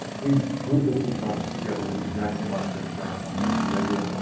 we group this through projects together with the exact same architect general contractor. the idea?